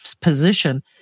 position